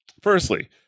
firstly